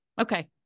Okay